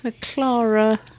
Clara